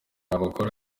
ababona